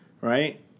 right